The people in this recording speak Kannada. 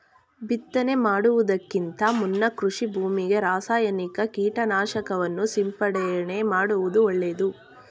ಬಿತ್ತನೆ ಮಾಡುವುದಕ್ಕಿಂತ ಮುನ್ನ ಕೃಷಿ ಭೂಮಿಗೆ ರಾಸಾಯನಿಕ ಕೀಟನಾಶಕವನ್ನು ಸಿಂಪಡಣೆ ಮಾಡುವುದು ಒಳ್ಳೆದು